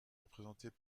représentées